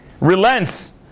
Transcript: relents